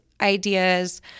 ideas